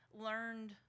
learned